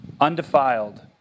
undefiled